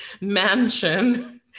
mansion